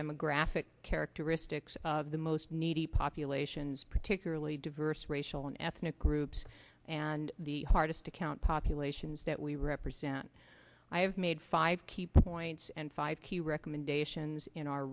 demographic characteristics of the most needy populations particularly diverse racial and ethnic groups and the hardest to count populations that we represent i have had five key points and five key recommendations in our